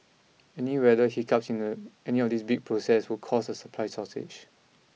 any weather hiccups in the any of these big proccess would cause a supply shortage